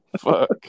Fuck